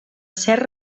ser